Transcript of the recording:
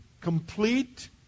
complete